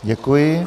Děkuji.